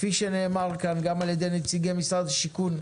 כפי שנאמר כאן, גם על ידי נציגי משרד השיכון,